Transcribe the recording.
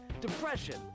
depression